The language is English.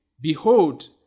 Behold